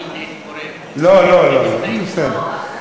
נמצאים פה, לא לא לא, בסדר.